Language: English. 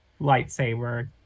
lightsaber